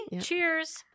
cheers